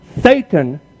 Satan